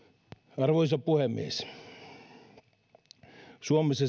arvoisa puhemies suomessa